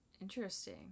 Interesting